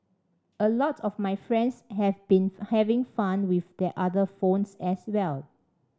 a lot of my friends have been having fun with their other phones as well